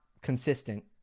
consistent